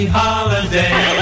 holiday